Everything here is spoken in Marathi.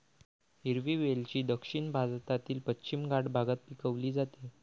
हिरवी वेलची दक्षिण भारतातील पश्चिम घाट भागात पिकवली जाते